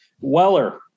Weller